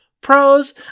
pros